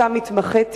שם התמחיתי,